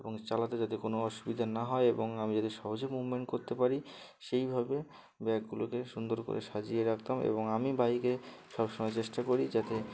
এবং চালাতে যাতে কোনো অসুবিধা না হয় এবং আমি যাতে সহজে মুভমেন্ট করতে পারি সেইভাবে ব্যাগগুলোকে সুন্দর করে সাজিয়ে রাখতাম এবং আমি বাইকে সবসময় চেষ্টা করি যাতে